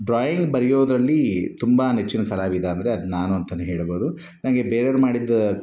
drawing ಬರಿಯೋದರಲ್ಲಿ ತುಂಬ ನೆಚ್ಚಿನ ಕಲಾವಿದ ಅಂದರೆ ಅದು ನಾನು ಅಂತಾನೇ ಹೇಳ್ಬೋದು ನನಗೆ ಬೇರೆಯವ್ರು ಮಾಡಿದ